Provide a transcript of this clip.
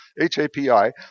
H-A-P-I